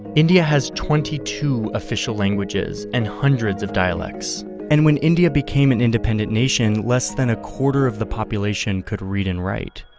india has twenty two official languages and hundreds of dialects and when india became an independent nation, less than a quarter of the population could read and write.